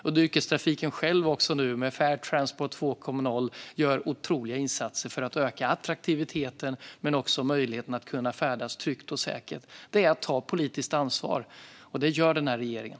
Med Fair Transport 2.0 gör nu yrkestrafiken otroliga insatser för att öka attraktiviteten och möjligheten att färdas tryggt och säkert. Det handlar om att ta politiskt ansvar, och det gör den här regeringen.